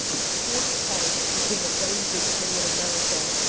sports cards became a very big thing in america,